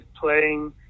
playing